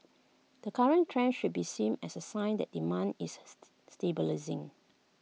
the current trend should be seen as A sign that demand is stabilising